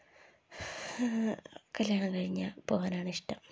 കല്യാണം കഴിഞ്ഞ് പോകാനാണ് ഇഷ്ടം